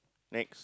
next